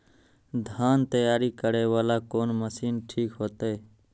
धान तैयारी करे वाला कोन मशीन ठीक होते?